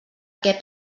què